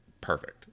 perfect